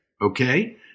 okay